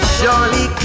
surely